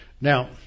Now